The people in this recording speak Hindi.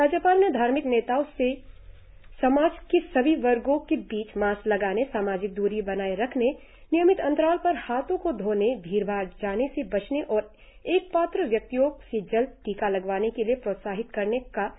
राज्यपाल ने धार्मिक नेताओं से समाज के सभी वर्गो के बीच मास्क लगाने समाजिक द्री बनाए रखने नियमित अंतराल पर हाथों को धोने भीड़ भाड़ में जाने से बचने और पात्र व्यक्तियों से जल्द टीका लगवाने के लिए प्रोत्साहित करने का सुझाव दिया